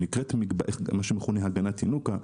שנקראת מה שמכונה "הגנת ינוקא",